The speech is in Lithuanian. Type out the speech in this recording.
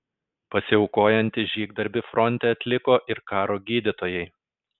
pasiaukojantį žygdarbį fronte atliko ir karo gydytojai